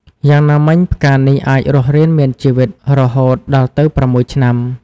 យ៉ាងណាមិញ ផ្កានេះអាចរស់រានមានជីវិតរហូតដល់ទៅ៦ឆ្នាំ។